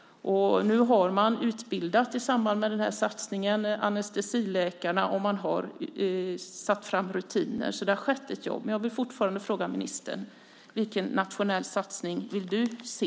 I samband med satsningen har man utbildat anestesiläkarna och tagit fram rutiner, så det har skett ett jobb. Men jag vill fortfarande fråga ministern: Vilken nationell satsning vill du se?